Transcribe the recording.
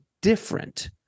different